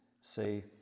say